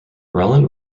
roland